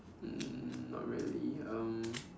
um not really um